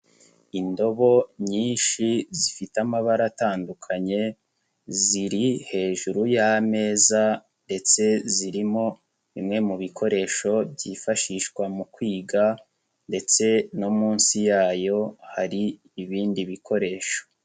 Indobo nyinshi zifite amabara atandukanye, ziri hejuru y'ameza ndetse zirimo bimwe mu bikoresho byifashishwa mu kwiga ndetse no munsi yayo hari ibindi bikoresho.